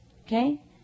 okay